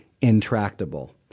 intractable